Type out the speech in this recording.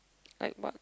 I what